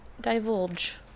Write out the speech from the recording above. divulge